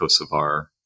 Kosovar